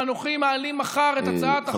ואנוכי מעלים מחר את הצעת החוק,